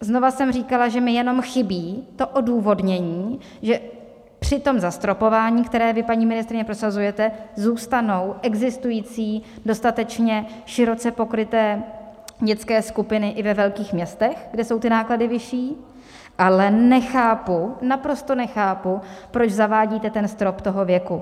Znova jsem říkala, že mi jenom chybí to odůvodnění, že při tom zastropování, které vy, paní ministryně, prosazujete, zůstanou existující dostatečně široce pokryté dětské skupiny i ve velkých městech, kde jsou ty náklady vyšší, ale nechápu, naprosto nechápu, proč zavádíte strop toho věku.